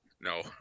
No